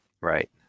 Right